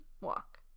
walk